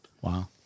wow